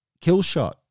Killshot